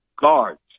guards